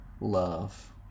love